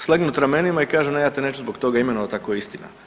Slegnut ramenima i kaže ja te neću zbog toga imenovat ako je istina.